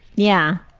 yeah,